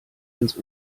ins